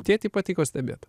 tėtį patiko stebėt